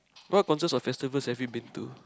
what concerts or festivals have you been to